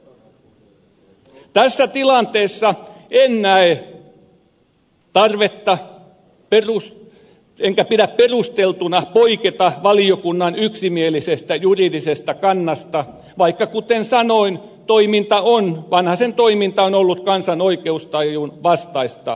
tässä tilanteessa en näe tarvetta enkä pidä perusteltuna poiketa valiokunnan yksimielisestä juridisesta kannasta vaikka kuten sanoin vanhasen toiminta on ollut kansan oikeustajun vastaista